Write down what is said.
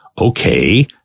okay